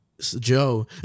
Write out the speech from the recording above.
Joe